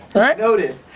alright. noted.